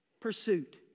pursuit